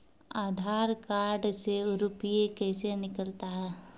आधार कार्ड से रुपये कैसे निकलता हैं?